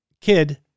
kid